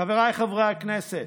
חבריי חברי הכנסת,